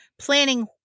planning